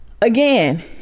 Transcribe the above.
again